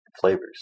flavors